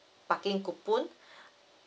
parking coupon